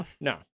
No